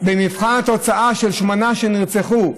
במבחן התוצאה של שמונה שנרצחו,